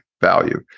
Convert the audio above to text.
value